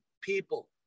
people